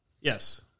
Yes